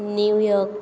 नीव York